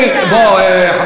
אדוני, אתה יודע